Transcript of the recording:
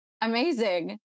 Amazing